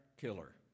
killer